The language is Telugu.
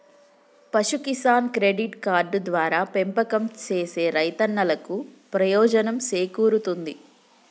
పశు కిసాన్ క్రెడిట్ కార్డు ద్వారా పెంపకం సేసే రైతన్నలకు ప్రయోజనం సేకూరుతుంది